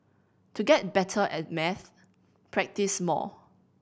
to get better at maths practise more